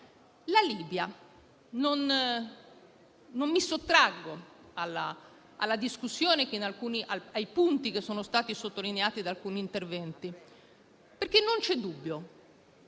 Libia non mi sottraggo alla discussione sui punti che sono stati sottolineati da alcuni senatori interventi. Non c'è dubbio